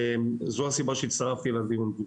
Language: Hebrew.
וזו הסיבה שהצטרפתי לדיון.